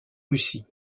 russie